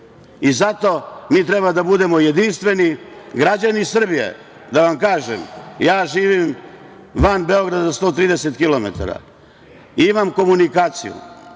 i zato mi treba da budemo jedinstveni. Građani Srbije, da vam kažem, ja živim van Beograda 130 kilometara. Imam komunikaciju